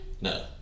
No